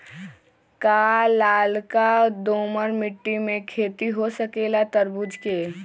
का लालका दोमर मिट्टी में खेती हो सकेला तरबूज के?